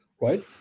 right